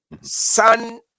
Son